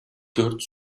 dört